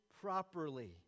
properly